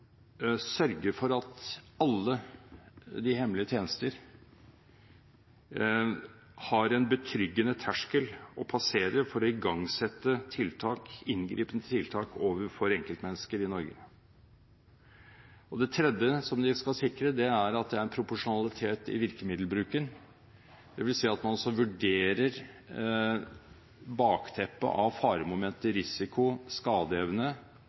sørge for at alle de hemmelige tjenester har en betryggende terskel å passere for å igangsette inngripende tiltak overfor enkeltmennesker i Norge. Det tredje de skal sikre, er at det er en proporsjonalitet i virkemiddelbruken, dvs. at man også vurderer bakteppet av faremomenter, risiko og skadeevne